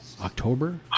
October